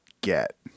get